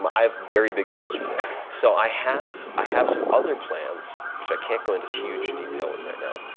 um i have very big goals for this. so i have i have some other plans, which i can't go into huge detail with right now,